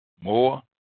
more